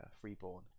freeborn